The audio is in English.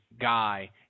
guy